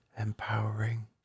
Empowering